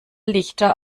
lichter